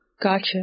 Gotcha